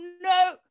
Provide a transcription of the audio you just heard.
no